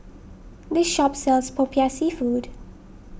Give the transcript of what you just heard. this shop sells Popiah Seafood